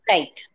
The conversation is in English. Right